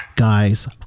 guys